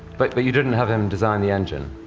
but but you didn't have him design the engine?